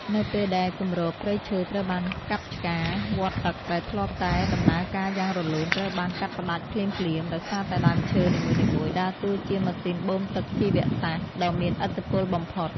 នៅពេលដែលគម្របព្រៃឈើត្រូវបានកាប់ឆ្ការ វដ្តទឹកដែលធ្លាប់តែដំណើរការយ៉ាងរលូនត្រូវបានកាត់ផ្ដាច់ភ្លាមៗ ដោយសារតែដើមឈើនីមួយៗដើរតួជា ម៉ាស៊ីនបូមទឹកជីវសាស្ត្រ ដ៏មានឥទ្ធិពលបំផុត។